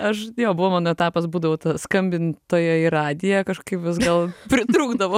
aš jo buvo mano etapas būdavo skambintojo į radiją kažkaip vis gal pritrūkdavo